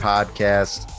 Podcast